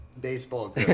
Baseball